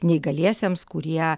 neįgaliesiems kurie